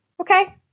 Okay